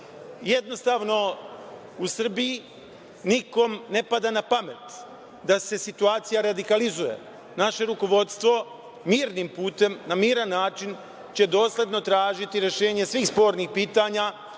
Jednostavno, u Srbiji nikom ne pada na pamet da se situacija radikalizuje. Naše rukovodstvo mirnim putem, na miran način će dosledno tražiti rešenje svih spornih pitanja,